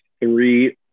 three